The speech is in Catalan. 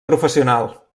professional